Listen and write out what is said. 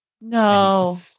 No